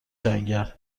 جنگل